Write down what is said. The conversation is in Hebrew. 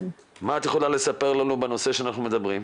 יכולה לספר לנו בנושא שאנחנו מדברים עליו?